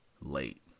late